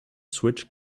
switch